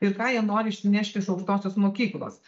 ir ką jie nori išsinešti iš aukštosios mokyklos